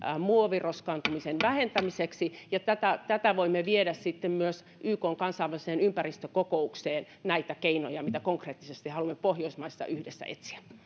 muoviroskaantumisen vähentämiseksi ja voimme viedä sitten myös ykn kansainväliseen ympäristökokoukseen näitä keinoja mitä konkreettisesti haluamme pohjoismaissa yhdessä etsiä